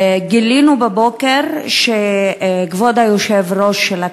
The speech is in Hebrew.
גילינו בבוקר שכבוד היושב-ראש של הכנסת,